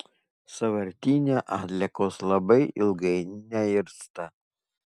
sąvartyne atliekos labai ilgai neirsta